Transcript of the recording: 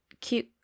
cute